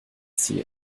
zielen